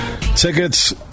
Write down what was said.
Tickets